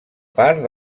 part